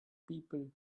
people